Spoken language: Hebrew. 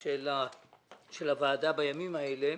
של הוועדה בימים האלה.